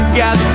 got